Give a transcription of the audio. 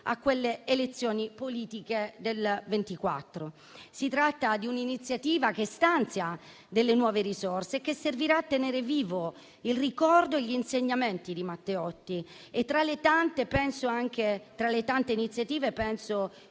alle elezioni politiche del 1924. Si tratta di un'iniziativa che stanzia nuove risorse e che servirà a tenere vivo il ricordo e gli insegnamenti di Matteotti. Tra le tante iniziative, non